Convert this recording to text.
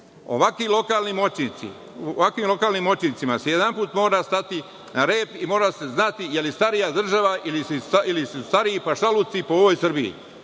EU.Ovakvim lokalnim moćnicima se jedanput mora stati na rep i mora se znati je li starija država ili su stariji pašaluci po ovoj Srbiji.